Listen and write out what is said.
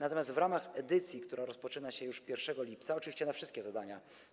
Natomiast w ramach edycji, która rozpoczyna się już 1 lipca, oczywiście na wszystkie zadania